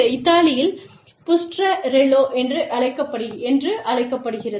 இத்தாலியில் புஸ்டரெல்லா என்று அழைக்கப்படுகிறது